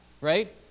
right